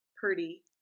purdy